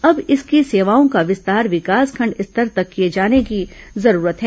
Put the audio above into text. अब इसकी सेवाओं का विस्तार विकासखंड स्तर तक किए जाने की जरूरत है